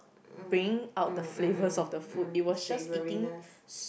mm mm mm mm mm savoriness